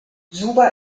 suva